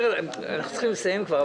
צריכים לסיים כבר,